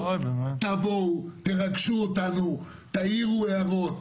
תבואו, תרגשו אותנו, תעירו הערות.